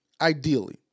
ideally